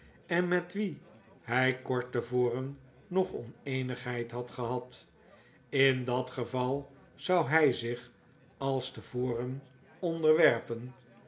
en met wien hy kort te voren nog oneenigheid had gehad in dat geval zou hy zich als te voren onderwerpen